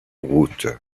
route